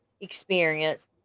experience